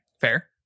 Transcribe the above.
Fair